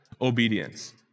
obedience